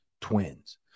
Twins